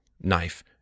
knife